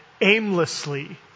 aimlessly